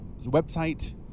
website